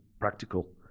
practical